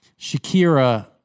Shakira